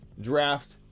draft